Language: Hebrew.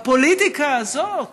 הפוליטיקה הזאת